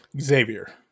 Xavier